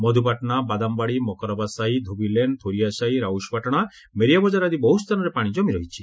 Madhupatna Badambadi Makarba Sahi Dhobi lane Thoria Sahi Rausapatana Meria Bazar ଆଦି ବହୁ ସ୍ଥାନରେ ପାଶି ଜମି ରହିଛି